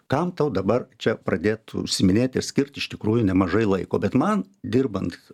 kam tau dabar čia pradėt užsiiminėt skirt iš tikrųjų nemažai laiko bet man dirbant